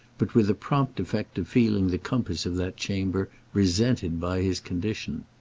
but with the prompt effect of feeling the compass of that chamber resented by his condition.